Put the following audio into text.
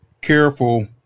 careful